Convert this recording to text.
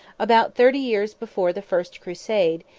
about thirty years before the first crusade,